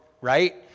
right